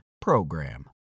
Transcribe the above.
PROGRAM